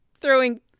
Throwing